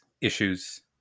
issues